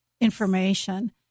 information